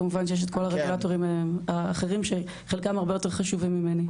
כמובן שיש את כל הרגולטורים האחרים שחלקם הרבה יותר חשובים ממני,